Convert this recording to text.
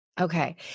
Okay